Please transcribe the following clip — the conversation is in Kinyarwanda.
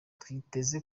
twiteze